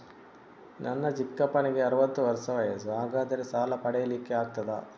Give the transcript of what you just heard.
ನನ್ನ ಚಿಕ್ಕಪ್ಪನಿಗೆ ಅರವತ್ತು ವರ್ಷ ವಯಸ್ಸು, ಹಾಗಾದರೆ ಸಾಲ ಪಡೆಲಿಕ್ಕೆ ಆಗ್ತದ?